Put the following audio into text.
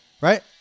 right